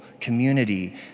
community